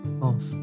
off